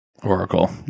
Oracle